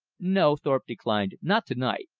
no, thorpe declined, not to-night,